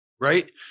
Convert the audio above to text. right